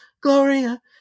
Gloria